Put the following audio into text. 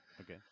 Okay